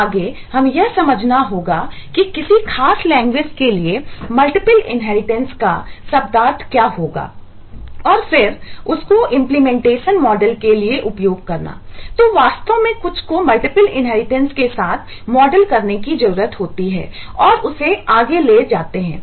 तो आगे हमें यह समझना होगा कि किसी खास लैंग्वेज के लिए मल्टीपल इनहेरिटेंस रूप में जानते हैं